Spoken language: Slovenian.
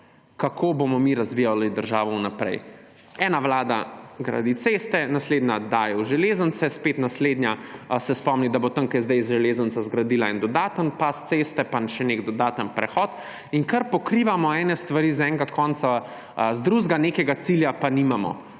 kako bomo razvijali državo v prihodnosti. Ena vlada gradi ceste, naslednja daje v železnice, spet naslednja se spomni, da bo tam, kjer je zdaj železnica, zgradila dodaten pas ceste, pa še nek dodaten prehod, in kar pokrivamo neke stvari z enega konca in drugega, nekega cilja pa nimamo